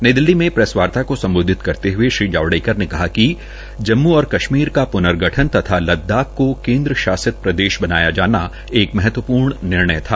नई दिल्ली में प्रैस वार्ता को सम्बोधित करते हये श्री जावड़ेकर ने कहा कि जम्मू और कश्मीर का पूर्नगठन तथा लद्दाख को को केन्द्र शासित प्रदेश बनाया जाना एक महत्वपूर्ण निर्णय था